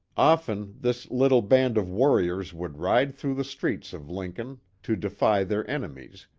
often this little band of warriors would ride through the streets of lincoln to defy their enemies,